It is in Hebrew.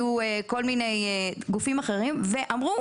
כל מיני גופים אחרים ואמרו,